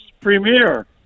premier